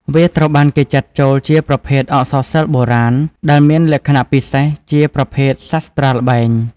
វាត្រូវបានគេចាត់ចូលជាប្រភេទ អក្សរសិល្ប៍បុរាណ ដែលមានលក្ខណៈពិសេសជា ប្រភេទសាស្រ្តាល្បែង។